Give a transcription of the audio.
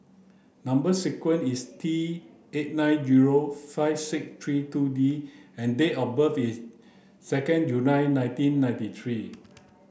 number sequence is T eight nine zero five six three two D and date of birth is second July nineteen ninety three